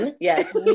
Yes